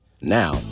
Now